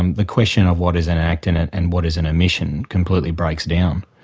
um the question of what is an act and and and what is an omission completely breaks down.